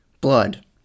blood